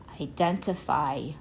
identify